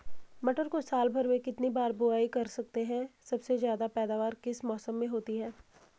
मटर को साल भर में कितनी बार बुआई कर सकते हैं सबसे ज़्यादा पैदावार किस मौसम में होती है?